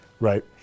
Right